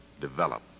develop